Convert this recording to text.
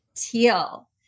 Teal